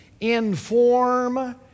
inform